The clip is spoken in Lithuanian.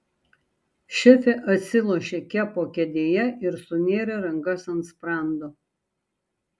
šefė atsilošė kepo kėdėje ir sunėrė rankas ant sprando